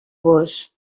vós